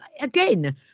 again